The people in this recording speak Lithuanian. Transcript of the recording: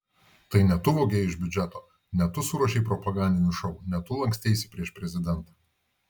tai ne tu vogei iš biudžeto ne tu suruošei propagandinį šou ne tu lanksteisi prieš prezidentą